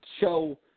show